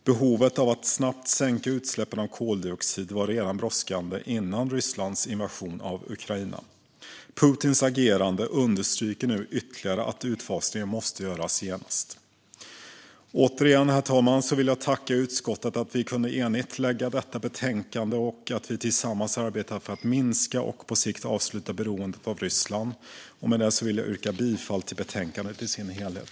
Behovet av att snabbt sänka utsläppen av koldioxid var brådskande redan innan Rysslands invasion av Ukraina. Putins agerande understryker nu ytterligare att utfasningen måste göras genast. Återigen, herr talman, vill jag tacka utskottet för att vi kunde lägga fram detta betänkande enigt och för att vi tillsammans arbetar för att minska och på sikt avsluta beroendet av Ryssland. Med det vill jag yrka bifall till utskottets förslag i betänkandet i sin helhet.